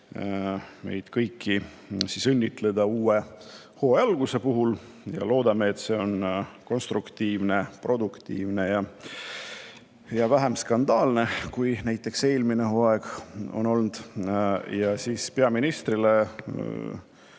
meid kõiki õnnitleda uue hooaja alguse puhul. Loodame, et see on konstruktiivne, produktiivne ja vähem skandaalne, kui näiteks eelmine hooaeg oli. Ja peaministrile